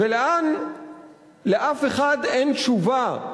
לאף אחד אין תשובה.